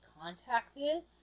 contacted